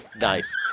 nice